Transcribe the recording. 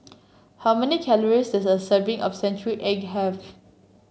how many calories does a serving of Century Egg have